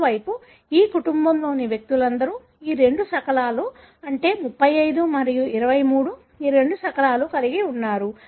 మరోవైపు ఈ కుటుంబంలోని వ్యక్తులందరూ ఈ రెండు శకలాలు అంటే 35 మరియు 23 ఈ రెండు శకలాలు కలిగి ఉన్నారు